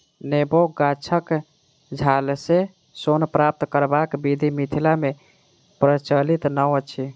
नेबो गाछक छालसँ सोन प्राप्त करबाक विधि मिथिला मे प्रचलित नै अछि